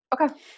Okay